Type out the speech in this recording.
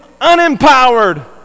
unempowered